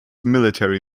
military